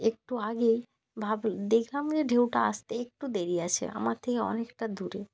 একটু আগেই ভাব দেখলাম যে ঢেউটা আসতে একটু দেরি আছে আমার থেকে অনেকটা দূরে